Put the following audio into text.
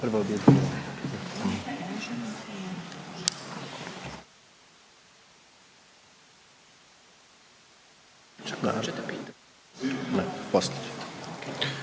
Hvala